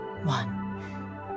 One